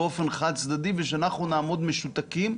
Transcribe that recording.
באופן חד צדדי ושאנחנו נעמוד משותקים,